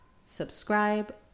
subscribe